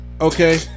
Okay